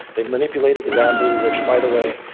they manipulated the bamboo which, by the way,